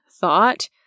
thought